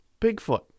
Bigfoot